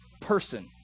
person